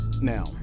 Now